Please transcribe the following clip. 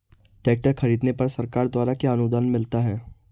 Tractor खरीदने पर सरकार द्वारा क्या अनुदान मिलता है?